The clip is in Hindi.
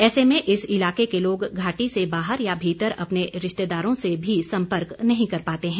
ऐसे में इस इलाके के लोग घाटी से बाहर या भीतर अपने रिश्तेदारों से भी संपर्क नहीं कर पाते हैं